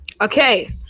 Okay